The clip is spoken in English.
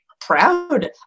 proud